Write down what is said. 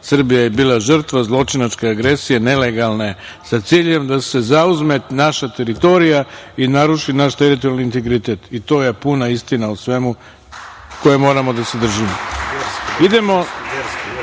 Srbija je bila žrtva zločinačke agresije, nelegalne, sa ciljem da se zauzme naša teritorija i naruši teritorijalni integritet i to je puna istina o svemu, koje moramo da se držimo. Jeste